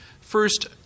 first